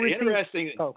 interesting